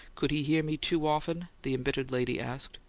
could he hear me too often? the embittered lady asked.